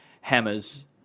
hammers